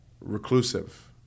reclusive